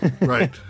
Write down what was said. Right